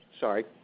Sorry